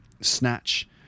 Snatch